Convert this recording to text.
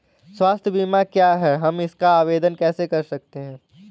स्वास्थ्य बीमा क्या है हम इसका आवेदन कैसे कर सकते हैं?